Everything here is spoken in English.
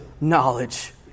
knowledge